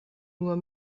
nur